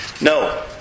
No